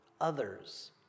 others